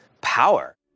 power